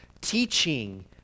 teaching